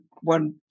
one